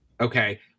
Okay